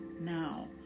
now